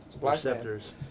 Receptors